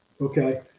Okay